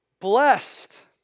Blessed